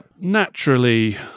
Naturally